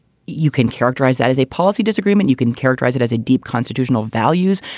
you can characterize that as a policy disagreement. you can characterize it as a deep constitutional values,